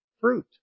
fruit